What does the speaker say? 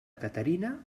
caterina